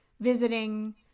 visiting